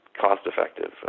cost-effective